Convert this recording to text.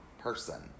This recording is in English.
person